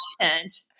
content